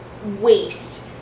Waste